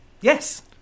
Yes